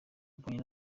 mbonye